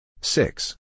Six